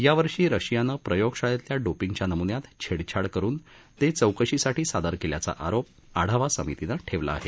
यावर्षी रशियानं प्रयोगशाळेतल्या डोपिंगच्या नमुन्यात छेडछाड करुन ते चौकशीसाठी सादर केल्याचा आरोप आढावा समितीनं ठेवला आहे